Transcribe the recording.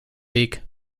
weg